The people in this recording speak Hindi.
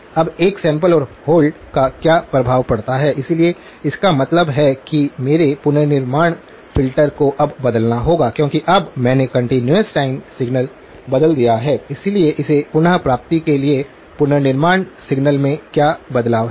अब एक सैंपल और होल्ड का क्या प्रभाव पड़ता है इसलिए इसका मतलब है कि मेरे पुनर्निर्माण फ़िल्टर को अब बदलना होगा क्योंकि अब मैंने कंटीन्यूअस टाइम सिग्नल बदल दिया है इसलिए इसे पुन प्राप्ति के लिए पुनर्निर्माण सिग्नल में क्या बदलाव है